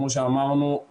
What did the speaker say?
כמו שאמרנו,